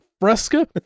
fresca